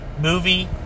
movie